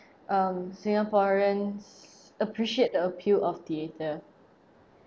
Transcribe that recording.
um singaporeans appreciate the appeal of theater